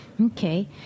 Okay